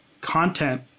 content